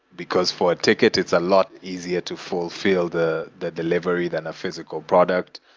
because for a ticket, it's a lot easier to fulfill the the delivery than a physical product.